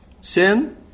Sin